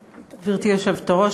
היושבת-ראש,